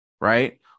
Right